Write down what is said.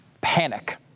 panic